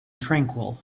tranquil